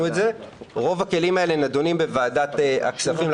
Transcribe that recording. שרוב הכלים האלה נידונים בוועדת הכספים,